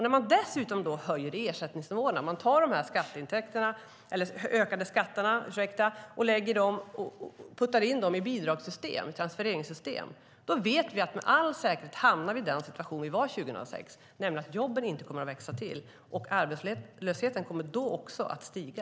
När man dessutom höjer ersättningsnivåerna, man tar de ökade skatterna och puttar in dem i bidragssystem, transfereringssystem, vet vi att vi med all säkerhet hamnar i den situation där vi var 2006, nämligen att jobben inte kommer att växa till och att arbetslösheten då också kommer att stiga.